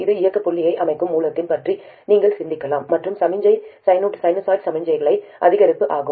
இது இயக்க புள்ளியை அமைக்கும் மூலத்தைப் பற்றி நீங்கள் சிந்திக்கலாம் மற்றும் சமிக்ஞை சைனூசாய்டல் சமிக்ஞை அதிகரிப்பு ஆகும்